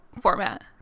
format